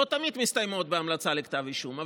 לא תמיד הן מסתיימות בהמלצה לכתב אישום,